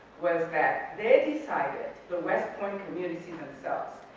was that they decided, the west point community themselves,